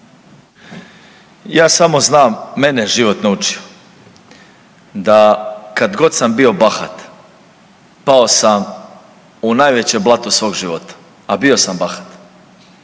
Ja samo znam, mene je život naučio. Da kad god sam bio bahat pao sam u najveće blato svog života, a bio sam bahat,